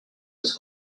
les